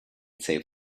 save